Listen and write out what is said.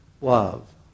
love